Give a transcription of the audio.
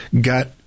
got